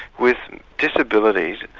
with disabilities,